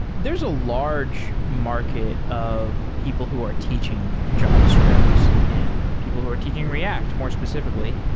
there's a large market of people who are teaching javascript and people who are teaching react, more specifi cally.